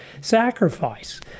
sacrifice